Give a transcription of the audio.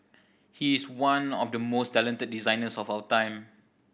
he is one of the most talented designers of our time